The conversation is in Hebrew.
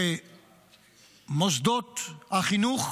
שמוסדות החינוך